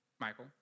Michael